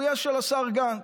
הוא יהיה של השר גנץ.